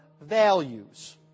values